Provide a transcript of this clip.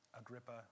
Agrippa